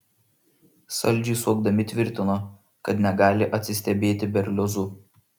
saldžiai suokdami tvirtino kad negali atsistebėti berliozu